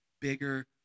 bigger